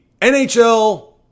NHL